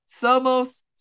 Somos